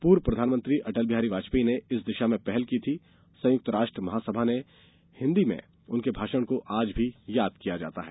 पूर्व प्रधानमंत्री अटल बिहारी वाजपेयी ने इस दिशा में पहल की थी संयुक्तराष्ट्र महासभा में हिन्दी में उनके भाषण को आज भी याद किया जाता है